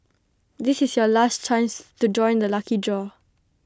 this is your last chance to join the lucky draw